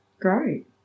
Great